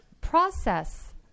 process